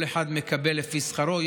כל אחד מקבל לפי שכרו.